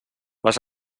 les